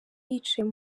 yicaye